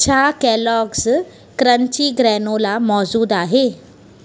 छा Kellogg's crunchy granola मौज़ूदु आहे